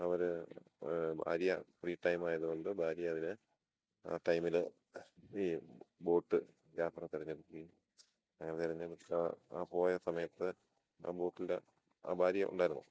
അവർ ഭാര്യ free time ആയതുകൊണ്ട് ഭാര്യ അതിന് ആ ടൈമിൽ ഈ ബോട്ട് യാത്ര തെരഞ്ഞെടുക്കുകയും അങ്ങനെ തിരഞ്ഞെടുത്ത ആ പോയ സമയത്ത് ആ ബോട്ടിൽ ആ ഭാര്യ ഉണ്ടായിരുന്നു